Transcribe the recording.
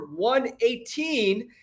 118